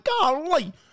Golly